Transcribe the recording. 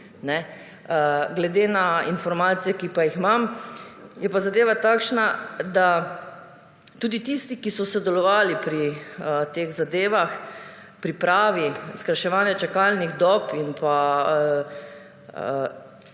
Glede na informacije, ki pa jih imam, je pa zadeva takšna, da tudi tisti, ki so sodelovali pri teh zadevah, pripravi skrajševanja čakalnih dob in pa,